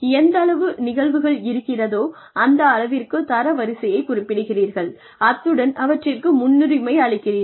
எந்தளவு நிகழ்வுகள் இருக்கிறதோ அந்த அளவிற்குத் தர வரிசையை குறிப்பிடுகிறீர்கள் அத்துடன் அவற்றிற்கு முன்னுரிமை அளிக்கிறீர்கள்